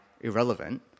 irrelevant